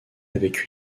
avec